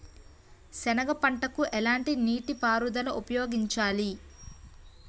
సెనగ పంటకు ఎలాంటి నీటిపారుదల ఉపయోగించాలి?